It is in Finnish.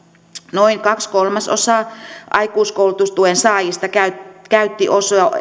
noin kaksi kolmasosaa aikuiskoulutustuen saajista käytti käytti